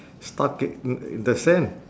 stuck i~ in the sand